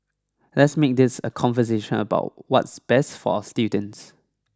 let's make this a conversation about what's best for our students